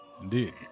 Indeed